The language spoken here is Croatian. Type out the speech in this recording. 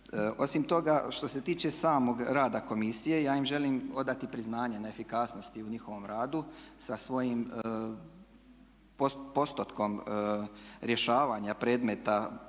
Osim toga što se tiče samog rada komisije ja im želim odati priznanje na efikasnosti u njihovom radu. Sa svojim postotkom rješavanja predmeta